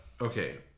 okay